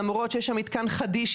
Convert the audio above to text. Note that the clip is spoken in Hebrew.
למרות שיש שם מתקן חדיש,